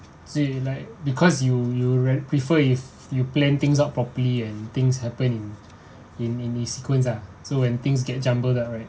so you like because you you re~ prefer if you plan things out properly and things happen in in in sequence ah so when things get jumbled up right